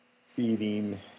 feeding